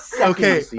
Okay